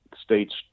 state's